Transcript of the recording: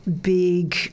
big